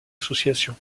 association